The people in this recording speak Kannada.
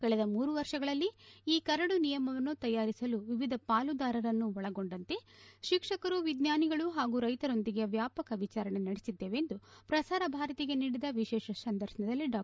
ಕಳೆದ ಮೂರು ವರ್ಷಗಳಲ್ಲಿ ಈ ಕರಡು ನಿಯಮವನ್ನು ತಯಾರಿಸಲು ವಿವಿಧ ಪಾಲುದಾರರನ್ನು ಒಳಗೊಂಡಂತೆ ಶಿಕ್ಷಕರು ವಿಜ್ಞಾನಿಗಳು ಹಾಗೂ ರೈತರೊಂದಿಗೆ ವ್ಯಾಪಕ ವಿಚಾರಣೆ ನಡೆಸಿದ್ದೇವೆ ಎಂದು ಪ್ರಸಾರ ಭಾರತಿಗೆ ನೀಡಿದ ವಿಶೇಷ ಸಂದರ್ಶನದಲ್ಲಿ ಡಾ